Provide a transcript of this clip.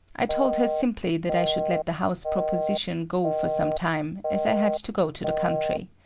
i told her simply that i should let the house proposition go for some time, as i had to go to the country.